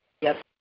Yes